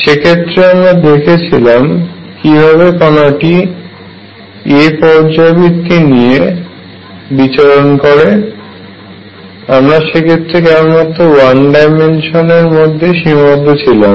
সেক্ষেত্রে আমরা দেখেছিলাম কিভাবে কণাটি a পর্যায়বৃত্তি নিয়ে বিচরণ করে এবং আমরা সে ক্ষেত্রে কেবলমাত্র ওয়ান ডাইমেনশন এরমধ্যেই সীমাবদ্ধ ছিলাম